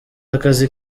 akazi